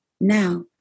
Now